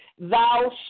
thou